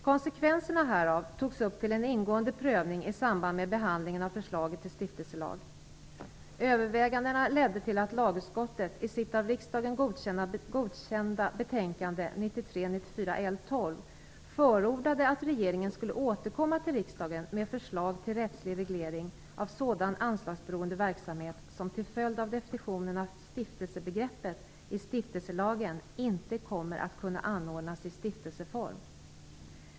Konsekvenserna härav togs upp till en ingående prövning i samband med behandlingen av förslaget till stiftelselag. Övervägandena ledde till att lagutskottet i sitt av riksdagens godkända betänkande, 1993/94:LU12, förordade att regeringen skulle återkomma till riksdagen med förslag till rättslig reglering av sådan anslagsberoende verksamhet som till följd av definitionen av stiftelsebegreppet i stiftelselagen inte kommer att kunna anordnas i stiftelseform.